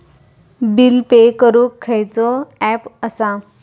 Bill pay करूक खैचो app असा?